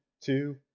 two